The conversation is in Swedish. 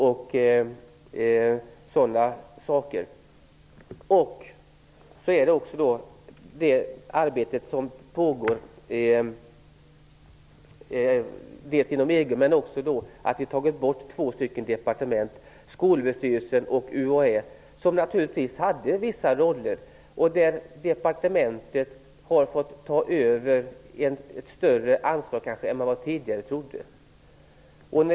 Därtill kommer det arbete som pågår inom EG men också att vi tagit bort två ämbetsverk, Skolöverstyrelsen och UHÄ, som naturligtvis hade vissa roller. Departementet har därigenom fått ta över ett större ansvar än man tidigare hade förutsett.